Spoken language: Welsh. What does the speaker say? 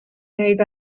gwneud